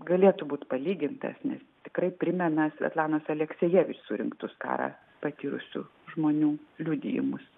galėtų būt palygintas nes tikrai primena svetlanos aleksijevič surinktus karą patyrusių žmonių liudijimus